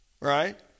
right